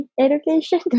education